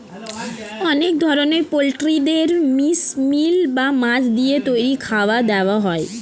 অনেক ধরনের পোল্ট্রিদের ফিশ মিল বা মাছ দিয়ে তৈরি খাবার দেওয়া হয়